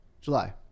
July